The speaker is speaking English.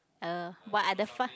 oh what are the fi~